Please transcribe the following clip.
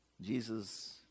Jesus